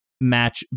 match